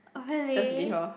orh really